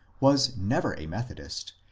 was never a methodist,